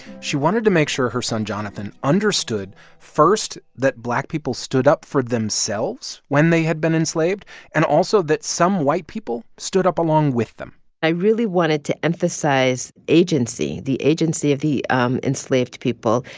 she wanted to make sure her son jonathan understood first that black people stood up for themselves when they had been enslaved and also, that some white people stood up along with them i really wanted to emphasize agency the agency of the um enslaved people.